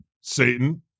Satan